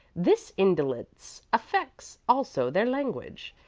this indolence affects also their language.